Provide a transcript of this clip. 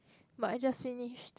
but I just finished